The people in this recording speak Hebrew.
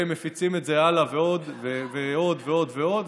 ומפיצים את זה הלאה ועוד ועוד ועוד,